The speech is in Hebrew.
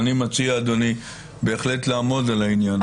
אני מציע, אדוני, בהחלט לעמוד על העניין.